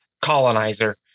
colonizer